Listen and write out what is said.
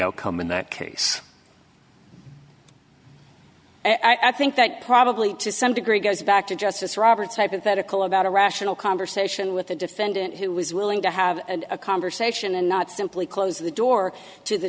outcome in that case i think that probably to some degree goes back to justice roberts hypothetical about a rational conversation with a defendant who was willing to have a conversation and not simply close the door to the